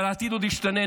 אבל העתיד עוד ישתנה.